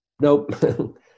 Nope